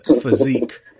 physique